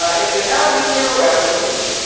ah if you have nuclear weapons,